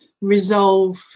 resolve